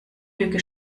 lüge